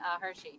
Hershey